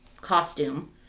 costume